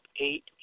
eight